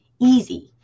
easy